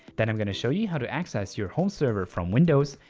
then i'm gonna show you how to access your home server from windows,